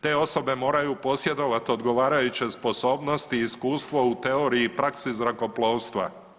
Te osobe moraju posjedovat odgovarajuće sposobnosti i iskustvo u teoriji prakse zrakoplovstva.